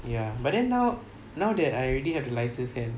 ya but then now now that I already have license and